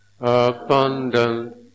abundant